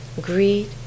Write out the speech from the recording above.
greed